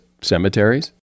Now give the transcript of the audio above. cemeteries